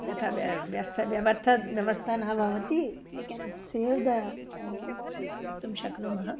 व्यथ व्य व्यस्थ व्यवर्थ व्यवस्था न भवति वि केन् सेव् द टैम् इति वक्तुं शक्नुमः